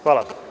Hvala.